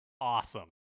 awesome